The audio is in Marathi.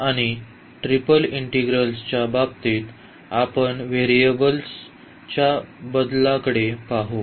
आणि ट्रिपल इंटीग्रलच्या बाबतीत आपण व्हेरिएबल्सच्या बदलाकडे पाहू